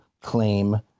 claim